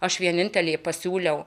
aš vienintelė pasiūliau